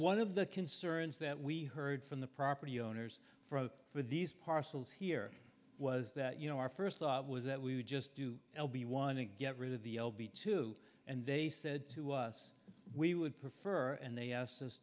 one of the concerns that we heard from the property owners from for these parcels here was that you know our first thought was that we would just do l be wanting to get rid of the l b two and they said to us we would prefer and they asked us